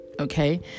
okay